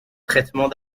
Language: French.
traitement